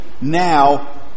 now